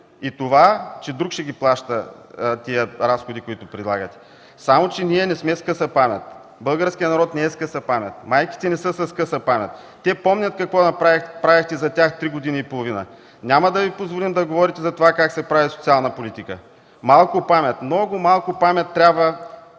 и това, че друг ще плаща тези разходи, които предлагате. Само че ние не сме с къса памет, българският народ не е с къса памет, майките не са с къса памет. Те помнят какво правихте за тях три години и половина. Няма да Ви позволим да говорите за това как се прави социална политика. Малко памет, много малко памет трябва